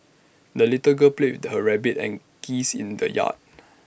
the little girl played her rabbit and geese in the yard